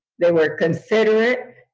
they were considerate,